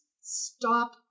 stop